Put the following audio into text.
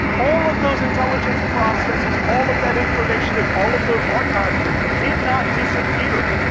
all of those intelligence processes, all of that information and all of those archives did not disappear.